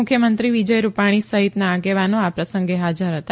મુખ્યમંત્રી વિજય રૂપાણી સહિતના આગેવાનો આ પ્રસંગે હાજર હતા